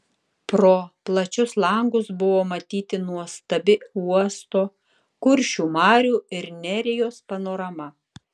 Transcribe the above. pro plačius langus buvo matyti nuostabi uosto kuršių marių ir nerijos panorama